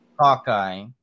Hawkeye